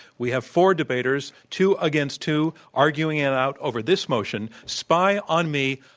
we have four debaters, two against two arguing it out over this motion spy on me,